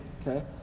Okay